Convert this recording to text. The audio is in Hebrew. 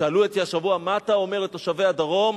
שאלו אותי השבוע: מה אתה אומר לתושבי הדרום?